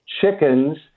chickens